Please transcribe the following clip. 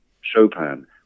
Chopin